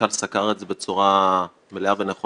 המנהרה שם בהרבה יותר -- אתה צודק חבר הכנסת